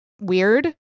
weird